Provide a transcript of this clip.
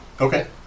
Okay